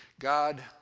God